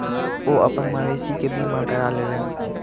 ओ अपन मवेशी के बीमा करा लेलैन